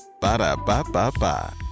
Ba-da-ba-ba-ba